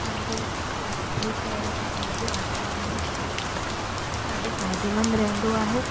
पंहिंजो स्वास्थ्य ठीकु रहे ऐं ॿाहिरि जो वातावरणु बि पंहिंजे स्वास्थ्य लाइ ॾाढो फ़ाइदेमंद रहंदो आहे